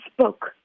spoke